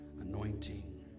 anointing